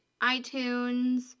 iTunes